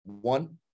One